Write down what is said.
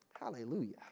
hallelujah